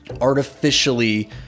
artificially